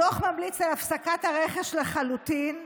הדוח ממליץ על הפסקת הרכש לחלוטין,